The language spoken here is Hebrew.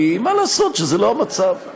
כי מה לעשות שזה לא המצב.